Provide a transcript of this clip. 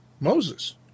Moses